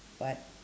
what